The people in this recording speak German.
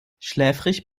schläfrig